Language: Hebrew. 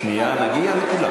שנייה, נגיע לכולם.